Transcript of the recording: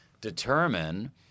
determine